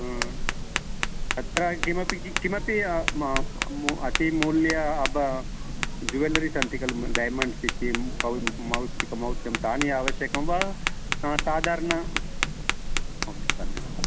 अत्र किमपि किमपि अति मूल्य अब्ब जुवेलरि सन्ति खलु डैमण्ड्स् इति मौ मौक्तिकं मौक्तिकं तानि आवश्यकं वा साधारणमौक्तिकानि हो अस्तु